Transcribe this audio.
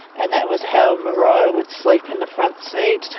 and that was how mariah would sleep in the front seat.